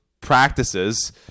practices